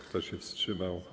Kto się wstrzymał?